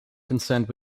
concerned